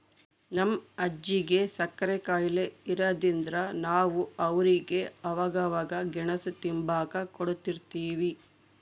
ನಮ್ ಅಜ್ಜಿಗೆ ಸಕ್ರೆ ಖಾಯಿಲೆ ಇರಾದ್ರಿಂದ ನಾವು ಅವ್ರಿಗೆ ಅವಾಗವಾಗ ಗೆಣುಸು ತಿಂಬಾಕ ಕೊಡುತಿರ್ತೀವಿ